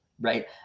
right